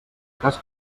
cas